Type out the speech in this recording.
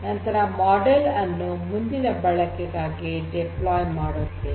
ನಂತರ ಮಾಡೆಲ್ ಅನ್ನು ಮುಂದಿನ ಬಳಕೆಗಾಗಿ ನಿಯೋಜನೆ ಮಾಡುತ್ತೇವೆ